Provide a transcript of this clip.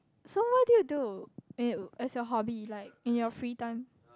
so what did you do in as your hobby like in your free time